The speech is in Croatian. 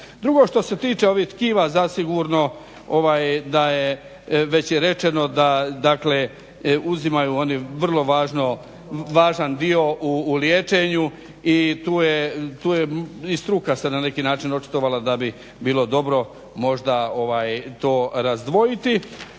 Drugo, što se tiče ovih tkiva zasigurno da je već je rečeno da uzimaju oni vrlo važan dio u liječenju i tu je i struka se na neki način očitovala da bi bilo dobro možda to razdvojiti